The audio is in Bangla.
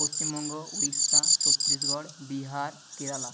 পশ্চিমবঙ্গ উড়িষ্যা ছত্তিশগড় বিহার কেরালা